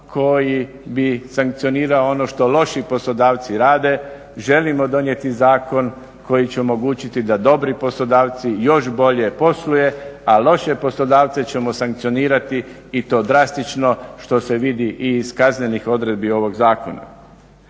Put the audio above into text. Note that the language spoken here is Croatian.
koji bi sankcionirao ono što loši poslodavci rade, želimo donijeti zakon koji će omogućiti da dobri poslodavci još bolje posluju a loše poslodavce ćemo sankcionirati i to drastično što se vidi i iz kaznenih odredbi ovog Zakona.